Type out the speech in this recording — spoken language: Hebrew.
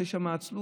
שיש שם עצלות,